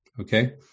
okay